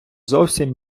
зовсім